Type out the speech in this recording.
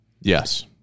Yes